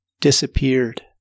disappeared